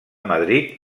madrid